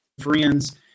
friends